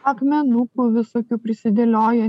akmenukų visokių prisidėlioja